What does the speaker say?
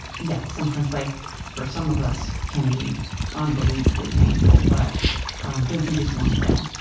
yeah, sometimes life, for some of us, can be unbelievably painful. but don't do this one thing.